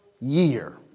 year